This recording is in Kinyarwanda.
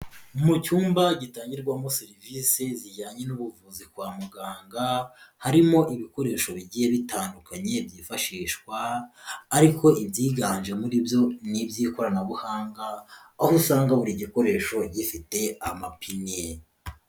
Mu cyumba gitangirwamo serivisi zijyanye n'ubuvuzi kwa muganga, harimo ibikoresho bigiye bitandukanye byifashishwa ariko ibyiganje muri byo ni iby'ikoranabuhanga aho usanga buri gikoresho gifite amapine.